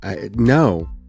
No